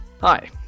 hi